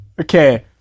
okay